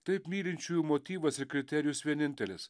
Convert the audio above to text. taip mylinčiųjų motyvas ir kriterijus vienintelis